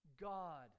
God